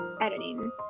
editing